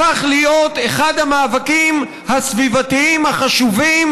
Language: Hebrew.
הפך להיות אחד המאבקים הסביבתיים החשובים